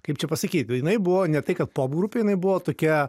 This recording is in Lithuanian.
kaip čia pasakyt jinai buvo ne tai kad pop grupė jinai buvo tokia